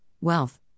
wealth